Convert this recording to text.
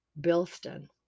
Bilston